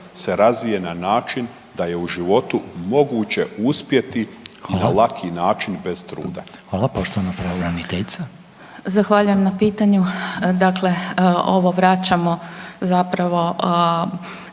se razvije na način da je u životu moguće uspjeti na laki način bez truda?